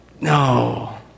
No